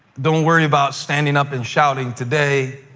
don't worry about standing up and shouting today.